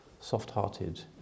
soft-hearted